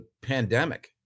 pandemic